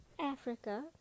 Africa